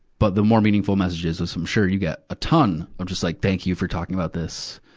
but the more meaningful messages is, i'm sure you got a ton of just like, thank you for talking about this.